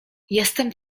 jestem